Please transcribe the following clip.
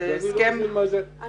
אז אני לא מבין מה זה הסכם.